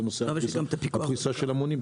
בנושא הכניסה של המונים.